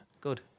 Good